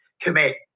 commit